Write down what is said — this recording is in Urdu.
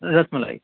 رس ملائی